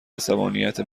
عصبانیت